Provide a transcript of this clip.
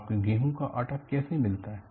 आपको गेहूं का आटा कैसे मिलता है